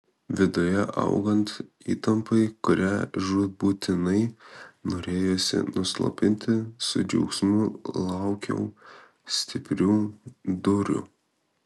viduje augant įtampai kurią žūtbūtinai norėjosi nuslopinti su džiaugsmu laukiau stiprių dūrių